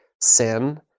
sin